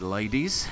ladies